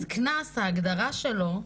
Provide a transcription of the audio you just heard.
אז קנס, ההגדרה שלו היא: